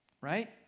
right